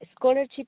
scholarship